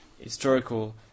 historical